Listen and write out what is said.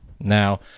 Now